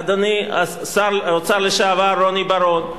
אדוני שר האוצר לשעבר רוני בר-און.